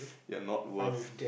ya not worth